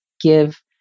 give